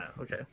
Okay